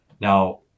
Now